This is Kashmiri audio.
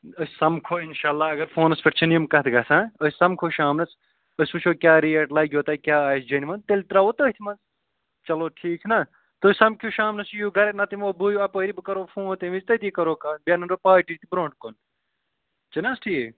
أسۍ سَمکھو اِنشاء اللہ اگر فونَس پٮ۪ٹھ چھَنہٕ یِم کَتھ گَژھان أسۍ سَمکھو شامنَس أسۍ وٕچھو کیٛاہ ریٹ لَگوُ تۄہہِ کیٛاہ آسہِ جٮ۪نوَن تیٚلہِ ترٛاوَو تٔتھۍ منٛز چلو ٹھیٖک چھُ نا تُہۍ سَمکھِو شامنَس یِیِو گَرَے نَتہٕ یِمو بٕے اَپٲری بہٕ کَرو فون تَمہِ وِز تٔتی کَرو کَتھ بیٚیہِ اَنَن بہٕ پاٹی تہِ برونٛٹھ کُن چھُ نہ حظ ٹھیٖک